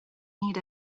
need